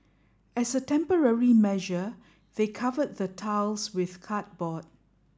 as a temporary measure they covered the tiles with cardboard